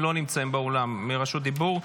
הם לא נמצאים באולם לרשות דיבור.